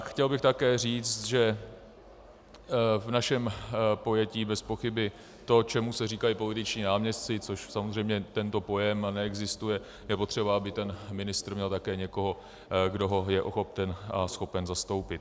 Chtěl bych také říct, že v našem pojetí bezpochyby to, čemu se říká političtí náměstci, což samozřejmě tento pojem neexistuje, je potřeba, aby ten ministr měl také někoho, kdo ho je ochoten a schopen zastoupit.